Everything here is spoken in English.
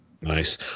nice